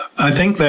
i think they're